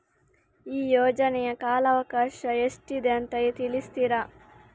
ಈ ಯೋಜನೆಯ ಕಾಲವಕಾಶ ಎಷ್ಟಿದೆ ಅಂತ ತಿಳಿಸ್ತೀರಾ?